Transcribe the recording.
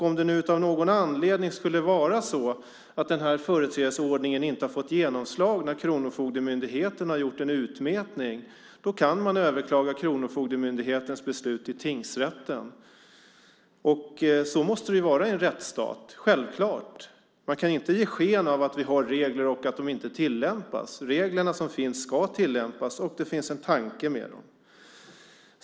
Om det av någon anledning skulle vara så att företrädesordningen inte har fått genomslag när Kronofogdemyndigheten har gjort en utmätning kan man överklaga Kronofogdemyndighetens beslut till tingsrätten. Så måste det självklart vara i en rättsstat. Man kan inte ge sken av att vi har regler och sedan inte tillämpa dem. De regler som finns ska tillämpas, och det finns en tanke med dem.